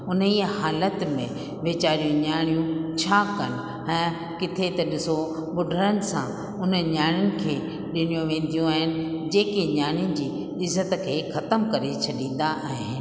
उन ई हालति में वेचारियूं नियाणियूं छा कनि ऐं किथे त ॾिसो ॿुढिरनि सां उन नियाणियुनि खे ॾिनियूं वेंदियूं आहिनि जेके नियाणियुनि जी इज़त खे ख़तम करे छॾींदा आहिनि